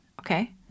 Okay